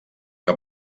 que